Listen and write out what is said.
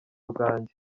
bwanjye